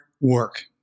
work